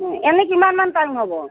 এনেই কিমানমান টাইম হ'ব